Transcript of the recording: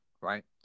right